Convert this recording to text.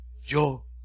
Yo